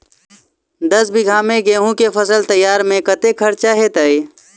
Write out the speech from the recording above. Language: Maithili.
दस बीघा मे गेंहूँ केँ फसल तैयार मे कतेक खर्चा हेतइ?